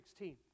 16